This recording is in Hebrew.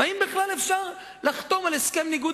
והאם בכלל אפשר לחתום על הסכם ניגוד